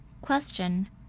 Question